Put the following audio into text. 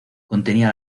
contenía